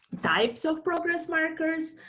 types of progress markers.